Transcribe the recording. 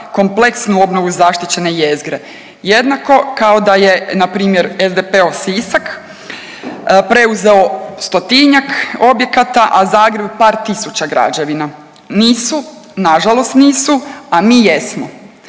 kompleksnu obnovu zaštićene jezgre, jednako kao da je npr. SDP-ov Sisak preuzeo stotinjak objekata, a Zagreb par tisuća građevina. Nisu, nažalost nisu, a mi jesmo.